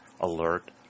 alert